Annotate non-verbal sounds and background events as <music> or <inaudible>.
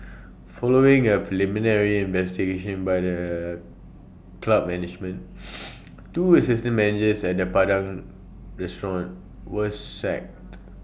following A preliminary investigation by the club management <noise> two assistant managers at the Padang restaurant were sacked <noise>